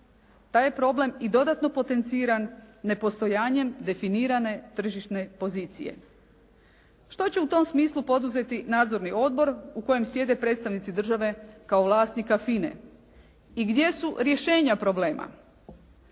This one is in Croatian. Taj problem je dodatno potenciran nepostojanjem definirane tržišne pozicije. Što će u tom smislu poduzeti nadzorni odbor u kojem sjede predstavnici države kao vlasnika FINA-e i gdje su rješenja problema?